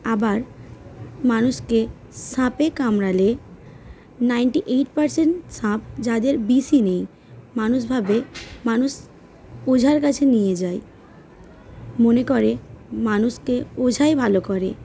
আবার মানুষকে সাঁপে কামড়ালে নাইনটি এইট পার্সেন্ট সাঁপ যাদের বেশি নেই মানুষভাবে মানুষ ওঝার কাছে নিয়ে যায় মনে করে মানুষকে ওঝাই ভালো করে